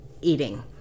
eating